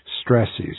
stresses